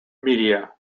media